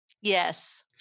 Yes